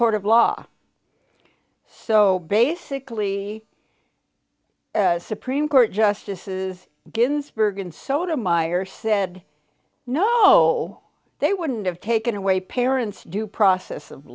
court of law so basically supreme court justices ginsburg and soto meyer said no they wouldn't have taken away parents due process of